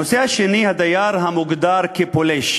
הנושא השני, הדייר המוגדר כפולש.